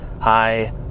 Hi